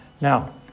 Now